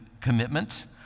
commitment